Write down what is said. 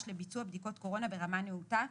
לביצוע בדיקות קורונה ברמה נאותה.